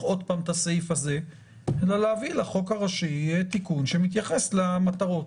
עוד פעם את הסעיף הזה אלא להביא לחוק הראשי תיקון שמתייחס למטרות.